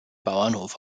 bauernhof